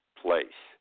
place